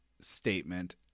statement